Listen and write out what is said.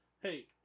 Hey